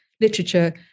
literature